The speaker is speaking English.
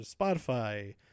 Spotify